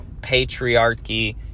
patriarchy